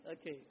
Okay